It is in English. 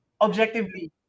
Objectively